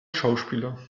schauspieler